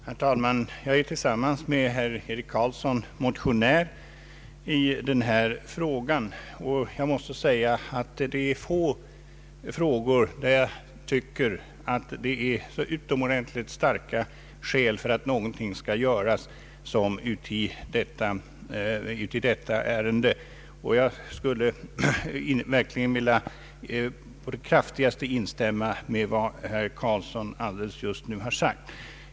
Herr talman! Jag är tillsammans med herr Eric Carlsson motionär i denna fråga, och jag måste säga att det enligt min mening är få frågor, där så utomordentligt starka skäl talar för att någonting bör göras som i detta ären de. Jag vill verkligen på det kraftigaste instämma i vad herr Carlsson just nu sagt.